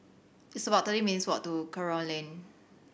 it's about thirty minutes' walk to Kerong Lane